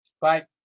Bye